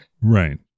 Right